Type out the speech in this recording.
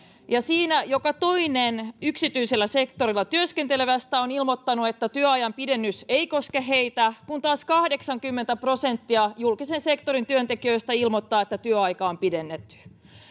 ja siinä joka toinen yksityisellä sektorilla työskentelevä on ilmoittanut että työajan pidennys ei koske heitä kun taas kahdeksankymmentä prosenttia julkisen sektorin työntekijöistä ilmoittaa että työaikaa on pidennetty